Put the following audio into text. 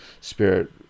spirit